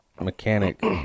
mechanic